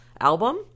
album